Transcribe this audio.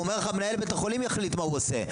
הוא אומר לך שמנהל בית החולים יחליט מה הוא עושה.